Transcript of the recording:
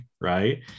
Right